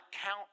count